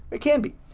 it can be.